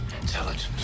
Intelligence